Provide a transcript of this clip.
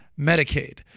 Medicaid